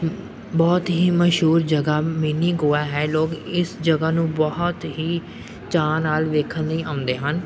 ਬਹੁਤ ਹੀ ਮਸ਼ਹੂਰ ਜਗ੍ਹਾ ਮਿੰਨੀ ਗੋਆ ਹੈ ਲੋਕ ਇਸ ਜਗ੍ਹਾ ਨੂੰ ਬਹੁਤ ਹੀ ਚਾਅ ਨਾਲ ਵੇਖਣ ਲਈ ਆਉਂਦੇ ਹਨ